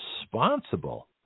responsible